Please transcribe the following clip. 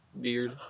beard